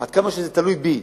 עד כמה שזה היה תלוי בי.